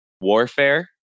warfare